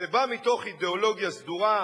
זה בא מתוך אידיאולוגיה סדורה,